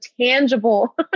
tangible